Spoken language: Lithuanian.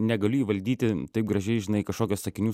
negaliu įvaldyti taip gražiai žinai kažkokios sakinių